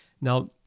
Now